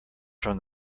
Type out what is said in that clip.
from